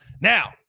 now